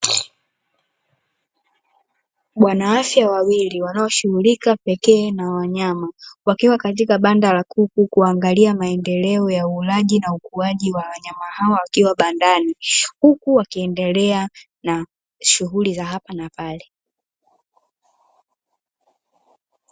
Bwana afya wawili wanaoshughulika pekee na wanyama wakiwa katika banda la kuku kuangalia maendeleo ya ulaji na ukuaji wa wanyama hawa wakiwa bandani, huku wakiendelea na shughuli za hapa na pale.